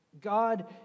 God